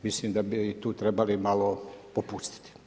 Mislim da bi i tu trebali malo popustiti.